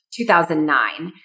2009